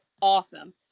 Awesome